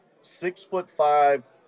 six-foot-five